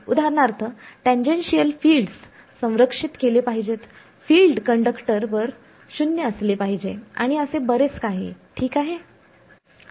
उदाहरणार्थ tangential fields संरक्षित केले पाहिजेत फील्ड कंडक्टरवर शून्य असले पाहिजे आणि असे बरेच काही ठीक आहे